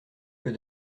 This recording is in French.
que